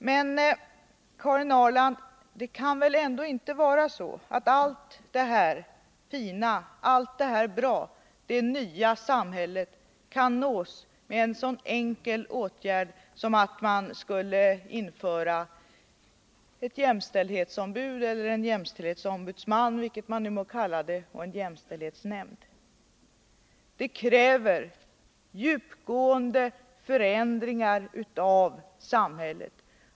Men, Karin Ahrland, det kan väl ändå inte vara så att allt det här fina, allt det här som är bra, det nya samhället, kan nås med en så enkel åtgärd som att införa ett jämställdhetsombud — eller en jämställdhetsombudsman, vilket man nu må kalla det — och en jämställdhetsnämnd. Det kräver djupgående förändringar av samhället.